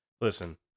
Listen